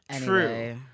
true